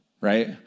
Right